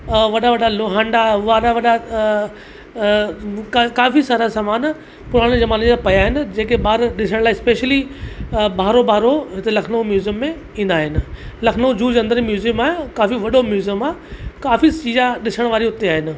वॾा वॾा लोहांडा वॾा वॾा क काफ़ी सारा सामान पुराणे ज़माने जा पिया आहिनि जेके ॿार ॾिसण लाइ स्पेशली बारो बारो हिते लखनऊ म्यूज़ियम में ईंदा आहिनि लखनऊ ज़ू जे अंदरि ई म्यूज़ियम आहे काफ़ी वॾो म्यूज़ियम आहे काफ़ी चीजां ॾिसण वारियूं उते आहिनि